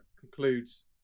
concludes